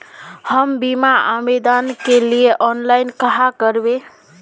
हम बीमा आवेदान के लिए ऑनलाइन कहाँ करबे?